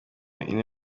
ine